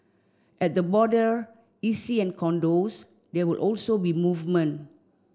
at the border EC and condos there will also be movement